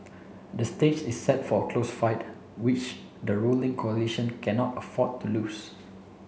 the stage is set for a close fight which the ruling coalition cannot afford to lose